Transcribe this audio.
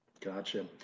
Gotcha